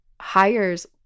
hires